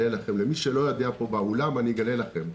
למי שלא יודע פה באולם, אגלה לכם: